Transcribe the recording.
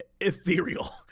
ethereal